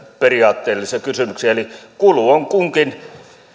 periaatteellisia kysymyksiä eli kulu on kunkin